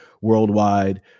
worldwide